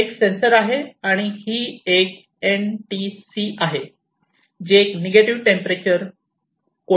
एक सेन्सर आहे आणि ही एक एनटीसी आहे जी एक निगेटिव्ह टेंपरेचर कॉइफिसिएंट आहे